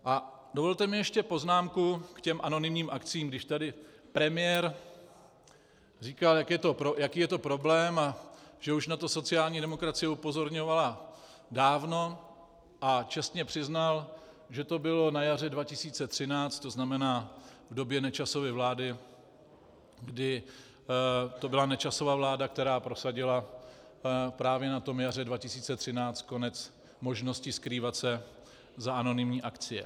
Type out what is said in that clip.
A dovolte mi ještě poznámku k těm anonymním akciím, když tady premiér říkal, jaký je to problém a že už na to sociální demokracie upozorňovala dávno, a čestně přiznal, že to bylo na jaře 2013, to znamená v době Nečasovy vlády, kdy to byla Nečasova vláda, která prosadila právě na jaře 2013 konec možnosti skrývat se za anonymní akcie.